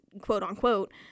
quote-unquote